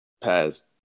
past